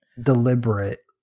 deliberate